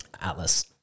Atlas